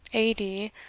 a. d.